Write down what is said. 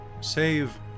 Save